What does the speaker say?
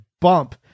bump